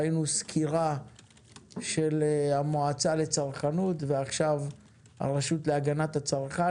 ראינו סקירה של המועצה לצרכנות ועכשיו של הרשות להגנת הצרכן.